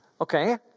Okay